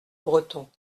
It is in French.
breton